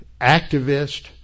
activist